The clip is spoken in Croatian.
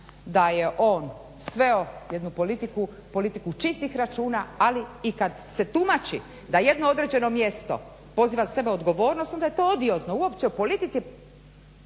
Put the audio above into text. da je on sveo jednu politiku, politiku čistih računa ali i kada se tumači da jedno određeno mjesto poziva sebe na odgovornost, onda je to odiozno uopće u politici